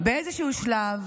באיזשהו שלב